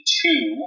two